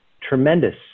tremendous